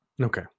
Okay